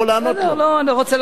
בסדר, אין לי שום עניין להשיב.